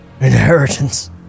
inheritance